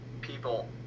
people